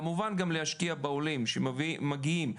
כמובן גם להשקיע בעולים שמגיעים,